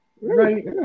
Right